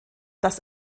dass